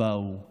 באו לך.